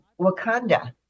Wakanda